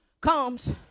comes